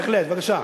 בהחלט, בבקשה.